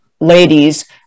ladies